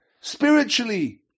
spiritually